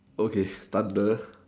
okay thunder